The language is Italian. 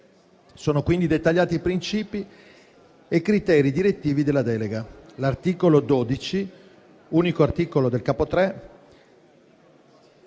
Sono quindi dettagliati i principi e i criteri direttivi della delega. L'articolo 12, unico articolo del capo